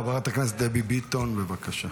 חברת הכנסת דבי ביטון, בבקשה.